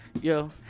yo